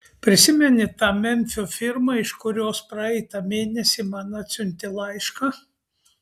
prisimeni tą memfio firmą iš kurios praeitą mėnesį man atsiuntė laišką